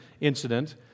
incident